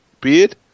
beard